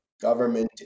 government